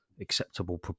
acceptable